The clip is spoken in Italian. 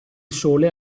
sole